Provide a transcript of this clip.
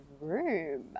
room